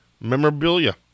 memorabilia